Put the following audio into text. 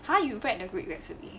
!huh! you get the a greek recipe